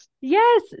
Yes